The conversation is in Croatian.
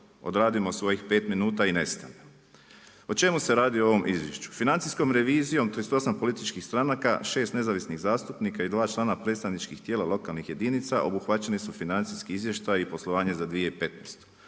odradimo svojih 5 minuta i nestanemo. U čemu se radi u ovom izvješću? Financijskom revizijom, 38 političkih stranaka, 6 nezavisnih zastupnika i 2 člana predstavničkih tijela lokalnih jedinica, obuhvaćeni su financijski izvještaji i poslovanje za 2015.